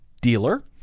dealer